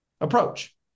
approach